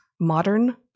modern